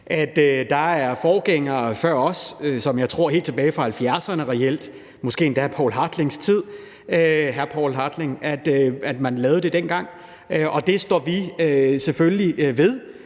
om. Der var forgængere før os, som jeg tror – helt tilbage fra 1970'erne reelt, og jeg tror måske endda i hr. Poul Hartlings tid – lavede det dengang. Det står vi selvfølgelig ved.